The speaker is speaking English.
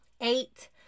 Eight